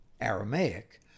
Aramaic